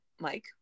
Mike